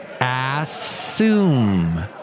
Assume